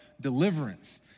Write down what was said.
deliverance